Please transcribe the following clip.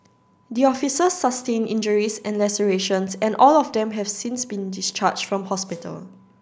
the officers sustain injuries and lacerations and all of them have since been discharge from hospital